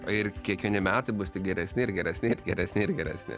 ir kiekvieni metai bus tik geresni ir geresni ir geresni ir geresni